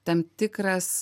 tam tikras